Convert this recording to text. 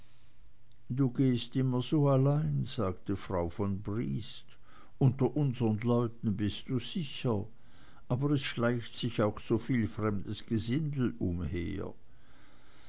du gehst immer so allein sagte frau von briest unter unseren leuten bist du sicher aber es schleicht auch so viel fremdes gesindel umher